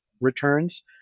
returns